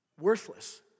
Worthless